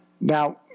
Now